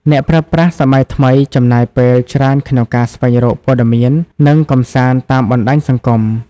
អ្នកប្រើប្រាស់សម័យថ្មីចំណាយពេលច្រើនក្នុងការស្វែងរកព័ត៌មាន និងកម្សាន្តតាមបណ្ដាញសង្គម។